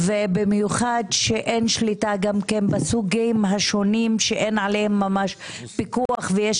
ובמיוחד שאין שליטה גם בסוגים השונים שאין עליהם ממש פיקוח ויש